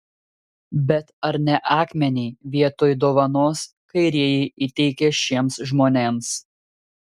bet ar ne akmenį vietoj dovanos kairieji įteikė šiems žmonėms